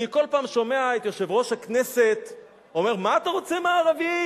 אני כל פעם שומע את יושב-ראש הכנסת אומר: מה אתה רוצה מהערבים?